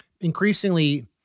increasingly